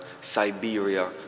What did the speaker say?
Siberia